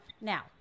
now